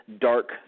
dark